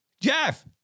Jeff